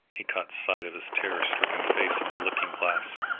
he caught sight of his terror-stricken face in the looking-glass,